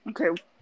okay